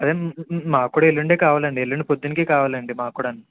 అదేండి మాకు కూడా ఎల్లుండే కావాలండి ఎల్లుండి పొద్దున్నకే కావాలండి మాకు కూడాను